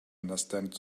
understand